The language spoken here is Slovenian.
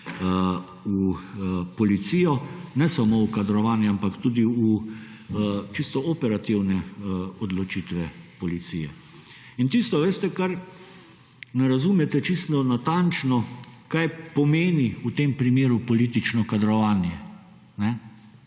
v policijo. Ne samo v kadrovanje, ampak tudi v čisto operativne odločitve policije. In tisto, veste, kar ne razumete čisto natančno, kaj pomeni v tem primeru politično kadrovanje.